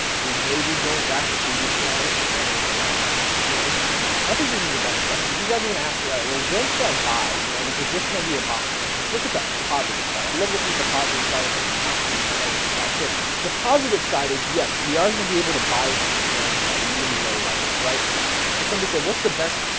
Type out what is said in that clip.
we may be going back to previous levels at the end of the day you know if i think this is a better question if you guys are gonna. ask me all right? well when should i buy you know because this may be a buying point let's look at the positive side i love looking at the positive side of things not the negative side so the positive side is yes we are going to be able to buy some coins at really low levels right so somebody said what's the best?